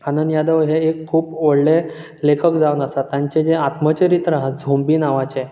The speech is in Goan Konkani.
आनंद यादव हे एक खूब व्हडले लेखक जावन आसा तांचें जें आत्मचरित्र आसा झोंबी नांवाचें